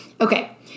Okay